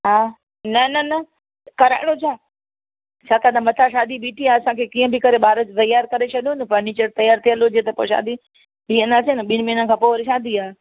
हा न न न कराइणो छा छाकाणि त मथां शादी बीठी आहे असांखे कीअं बि करे ॿार तयार करे छॾियो न फर्नीचर तयारु कयल हुजे त पोइ शादी हीअं न थिए न ॿिनि महीननि खां पोइ वरी शादी आहे